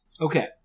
Okay